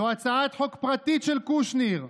זו הצעת חוק פרטית של קושניר,